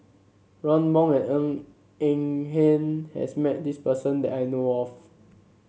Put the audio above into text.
Ron Wong and Ng Eng Hen has met this person that I know of